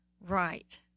Right